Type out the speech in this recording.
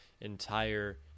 entire